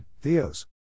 Theos